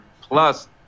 Plus